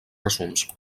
resums